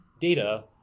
data